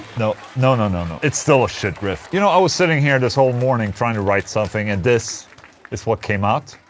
no, no no no no it's still a shit riff you know, i was sitting here this whole morning trying to write something and this is what came out